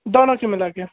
दोनों को मिलाकर